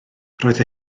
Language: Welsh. roedd